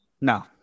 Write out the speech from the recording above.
No